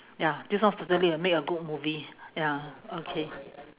ya this one certainly will make a good movie ya okay